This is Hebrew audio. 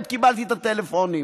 עוד קיבלתי את הטלפונים